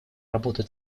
работы